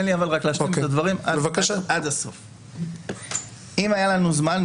אם היה לנו זמן,